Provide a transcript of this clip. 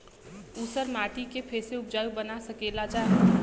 ऊसर माटी के फैसे उपजाऊ बना सकेला जा?